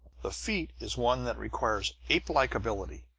the feat is one that requires apelike ability.